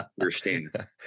understand